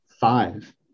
five